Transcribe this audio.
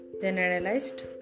generalized